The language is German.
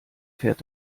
fährt